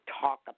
talk